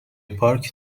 پارک